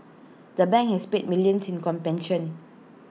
the bank has paid millions in